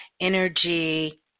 energy